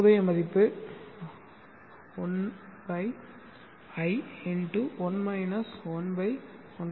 தற்போதைய மதிப்பு 1i1 11i25